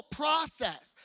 process